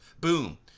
Boom